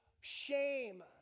shame